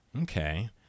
Okay